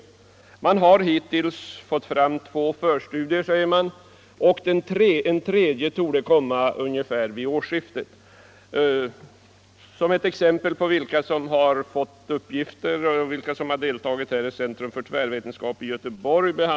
Hittills har detta arbete resulterat i två förstudier, och en tredje torde komma att framläggas ungefär vid årsskiftet. En av dessa förstudier har utförts av Centrum för tvärvetenskap i Göteborg.